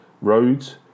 roads